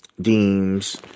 deems